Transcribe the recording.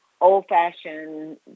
old-fashioned